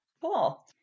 Cool